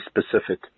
specific